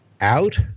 out